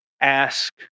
ask